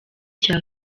cya